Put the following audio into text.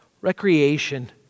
Recreation